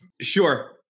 Sure